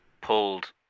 pulled